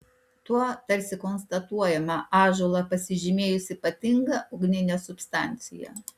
tuo tarsi konstatuojama ąžuolą pasižymėjus ypatinga ugnine substancija